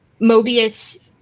mobius